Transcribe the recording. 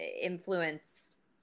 influence